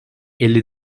elli